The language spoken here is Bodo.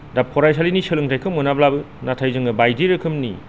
दा फरायसालिनि सोलोंथायखौ मोनाब्लाबो नाथाय जोङो बायदि रोखोमनि